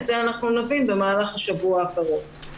את זה אנחנו נבין במהלך השבוע הקרוב.